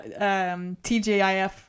TJIF